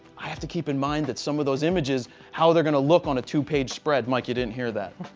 i have to keep in mind that some of those images how they're going to look on a two page spread. mike, you didn't hear that.